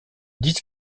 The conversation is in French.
disque